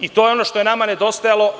I to je ono što je nama nedostajalo.